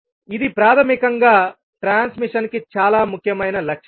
ఇది ప్రాథమికంగా ట్రాన్స్మిషన్ కి చాలా ముఖ్యమైన లక్షణం